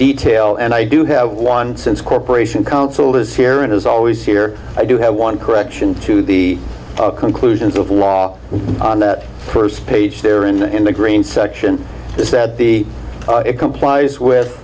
detail and i do have one since corporation counsel is here and as always here i do have one correction to the conclusions of law on that first page there in the in the green section is that the it complies with